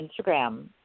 Instagram